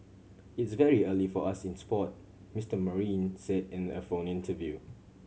it's very early for us in sport Mister Marine said in a phone interview